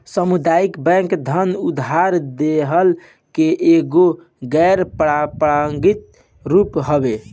सामुदायिक बैंक धन उधार देहला के एगो गैर पारंपरिक रूप हवे